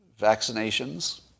vaccinations